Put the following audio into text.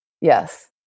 Yes